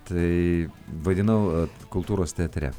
tai vaidinau kultūros teatre